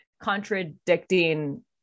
contradicting